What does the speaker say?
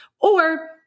or-